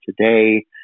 today